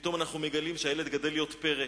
פתאום אנחנו מגלים שהילד גדל להיות פרא.